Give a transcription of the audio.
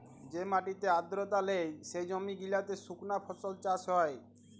যে মাটিতে আদ্রতা লেই, সে জমি গিলাতে সুকনা ফসল চাষ হ্যয়